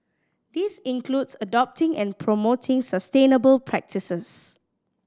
this includes adopting and promoting sustainable practices